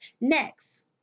Next